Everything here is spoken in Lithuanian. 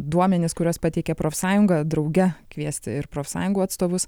duomenis kuriuos pateikė profsąjunga drauge kviesti ir profsąjungų atstovus